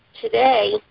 today